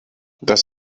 das